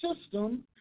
system